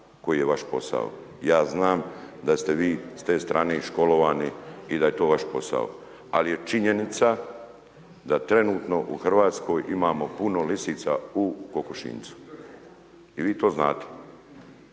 koji je vaš posao, ja znam da ste vi s te strane i školovani i da je to vaš posao, ali je činjenica da trenutno u Hrvatskoj imamo puno lisica u kokošinjcu. I vi to znate,